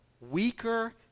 weaker